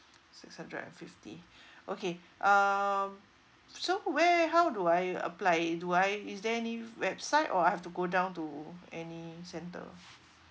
six hundred and fifty okay um so where how do I apply do I is there any website or I have to go down to any center